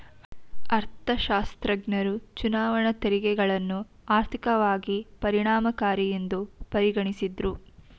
ಅರ್ಥಶಾಸ್ತ್ರಜ್ಞರು ಚುನಾವಣಾ ತೆರಿಗೆಗಳನ್ನ ಆರ್ಥಿಕವಾಗಿ ಪರಿಣಾಮಕಾರಿಯೆಂದು ಪರಿಗಣಿಸಿದ್ದ್ರು